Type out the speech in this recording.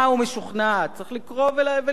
צריך לקרוא ולראות מה הוא אומר.